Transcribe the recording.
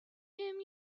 him